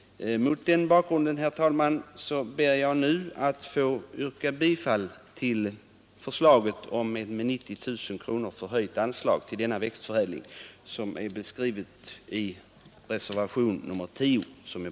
Mot den bakgrunden, herr talman, ber jag att få yrka bifall till reservationen 10, vari föreslås ett med 90 000 kronor förhöjt anslag till denna växtförädling.